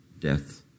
death